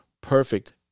perfect